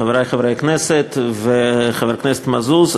חברי חברי הכנסת וחבר הכנסת מזוז,